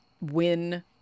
win